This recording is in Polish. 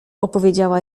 opowiedziała